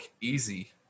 easy